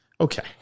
okay